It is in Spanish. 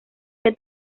que